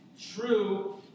true